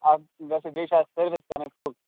اَتھ ویسے بیٚیہِ چھِ اَتھ سٔروِس کَرٕنۍ فُل